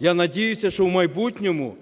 Я надіюся, що в майбутньому,